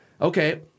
okay